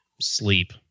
sleep